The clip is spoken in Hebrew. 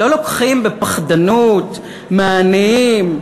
לא לוקחים בפחדנות מהעניים,